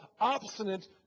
obstinate